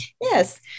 Yes